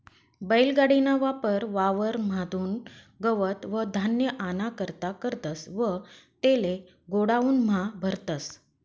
बैल गाडी ना वापर वावर म्हादुन गवत व धान्य आना करता करतस व तेले गोडाऊन म्हा भरतस